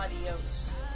adios